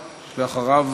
ואחריו,